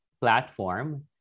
platform